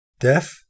Death